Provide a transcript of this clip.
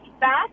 back